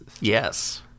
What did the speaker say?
Yes